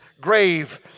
grave